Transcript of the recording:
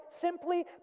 simply